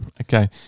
Okay